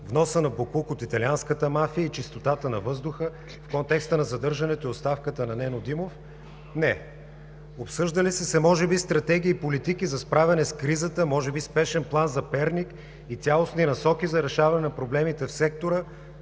вноса на боклук от италианската мафия и чистотата на въздуха в контекста на задържането и оставката на Нено Димов?! Не. Обсъждали са се може би стратегии и политики за справяне с кризата, може би спешен план за Перник и цялостни насоки за решаване на проблемите в сектора?!